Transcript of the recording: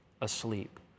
asleep